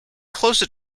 closer